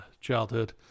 childhood